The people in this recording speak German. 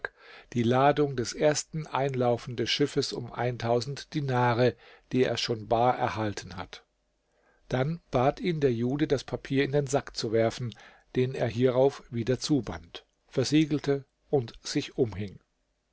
die ladung des ersten einlaufenden schiffes um dinare die er schon bar erhalten hat dann bat ihn der jude das papier in den sack zu werfen den er hierauf wieder zuband versiegelte und sich umhing